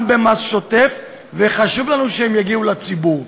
גם במס שוטף, וחשוב לנו שהם יגיעו לציבור.